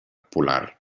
polar